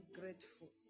grateful